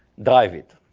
drive it.